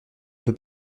peut